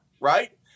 right